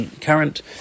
current